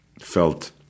felt